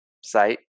site